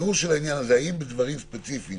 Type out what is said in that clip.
תבררו האם בדברים ספציפיים,